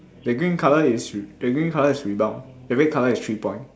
the green colour is the green colour is rebound the red colour is three point